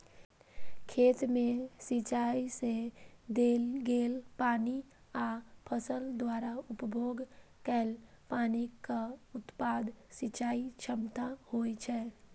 खेत मे सिंचाइ सं देल गेल पानि आ फसल द्वारा उपभोग कैल पानिक अनुपात सिंचाइ दक्षता होइ छै